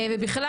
ובכלל,